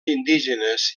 indígenes